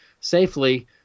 safely